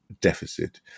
deficit